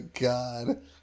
God